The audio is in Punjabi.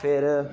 ਫਿਰ